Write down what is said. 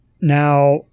now